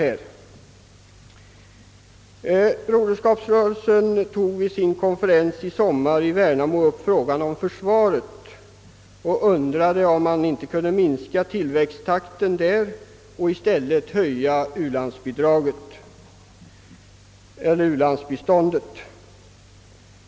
Broderskapsrörelsen tog vid sin konferens i somras i Värnamo upp försvaret till diskussion och undrade, om man inte kunde sänka tillväxttakten där och i stället höja u-landsbiståndet.